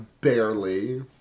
barely